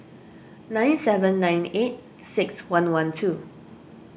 nine seven nine eight six one one two